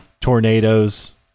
Tornadoes